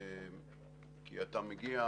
כי אתה מגיע